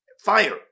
fire